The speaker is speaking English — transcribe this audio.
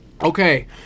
Okay